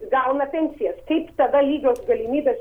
gauna pensijas kaip tada lygios galimybės